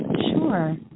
Sure